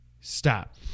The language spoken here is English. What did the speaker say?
Stop